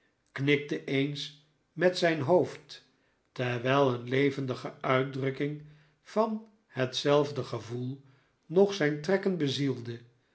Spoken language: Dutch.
knikte eens met zijn hoofd terwijl een levendige uitdrukking van hetzelfde gevoel nog zijn trekken bezielde